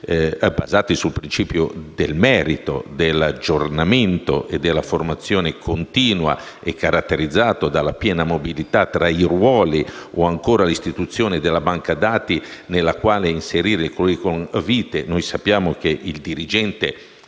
basati sul principio del merito, dell'aggiornamento e della formazione continua e caratterizzati dalla piena mobilità tra i ruoli, o ancora l'istituzione della banca dati nella quale inserire il *curriculum vitae*. Noi sappiamo che la dirigenza